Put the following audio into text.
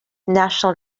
national